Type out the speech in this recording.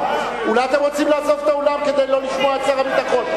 אולי אתם רוצים לעזוב את האולם כדי לא לשמוע את שר הביטחון?